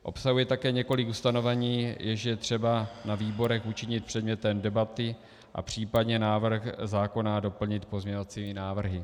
Obsahuje také několik ustanovení, jež je třeba na výborech učinit předmětem debaty a případně návrh zákona doplnit pozměňovacími návrhy.